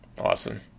Awesome